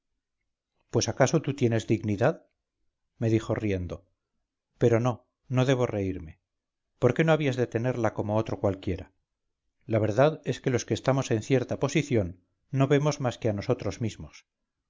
pues acaso tú tienes dignidad me dijo riendo pero no no debo reírme por qué no habías de tenerla como otro cualquiera la verdad es que los que estamos en cierta posición no vemos más que a nosotros mismos